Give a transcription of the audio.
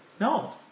No